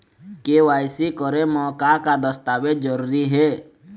KYC करे म का का दस्तावेज जरूरी हे?